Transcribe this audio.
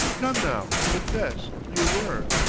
come now, confess you were!